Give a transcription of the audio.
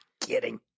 kidding